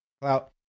clout